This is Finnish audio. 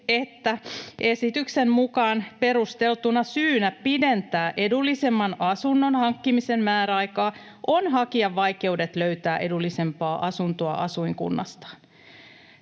että esityksen mukaan perusteltuna syynä pidentää edullisemman asunnon hankkimisen määräaikaa on hakijan vaikeudet löytää edullisempaa asuntoa asuinkunnastaan.